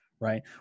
Right